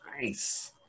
nice